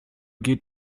geht